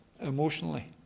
emotionally